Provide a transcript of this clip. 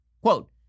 Quote